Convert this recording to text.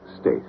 State